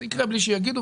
זה יקרה בלי שיגידו.